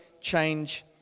change